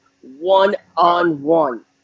one-on-one